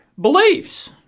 beliefs